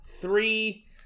three